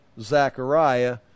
Zechariah